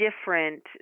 different